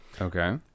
Okay